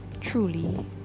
truly